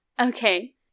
okay